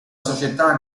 società